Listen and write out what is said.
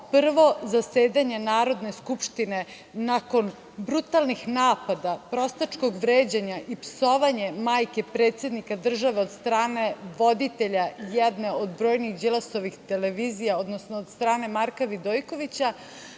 prvo zasedanje Narodne skupštine nakon brutalnih napada, prostačkog vređanja i psovanje majke predsednika države od strane voditelja jedne od brojnijih Đilasovih televizija, odnosno od strane Marka Vidojkovića,